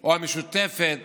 או המשותפת